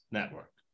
Network